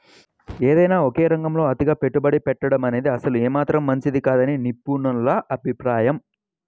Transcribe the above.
ఏదైనా ఒకే రంగంలో అతిగా పెట్టుబడి పెట్టడమనేది అసలు ఏమాత్రం మంచిది కాదని నిపుణుల అభిప్రాయం